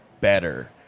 better